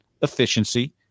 efficiency